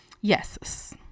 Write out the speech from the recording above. Yes